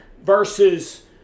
versus